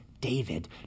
David